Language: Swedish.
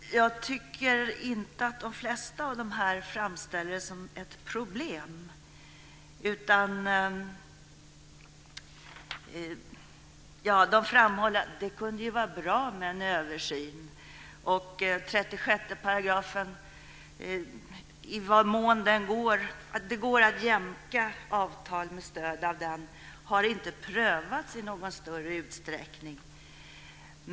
Fru talman! Jag tycker inte att de flesta av dessa framställer detta som ett problem. De framhåller att det kunde vara bra med en översyn. I vad mån det går att jämka avtal med stöd av 36 § har inte prövats i någon större utsträckning.